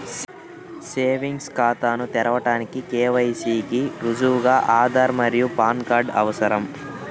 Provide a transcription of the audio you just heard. savings ఖాతాను తెరవడానికి KYC కి రుజువుగా ఆధార్ మరియు పాన్ కార్డ్ అవసరం